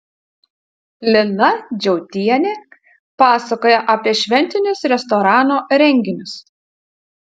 lina džiautienė pasakoja apie šventinius restorano renginius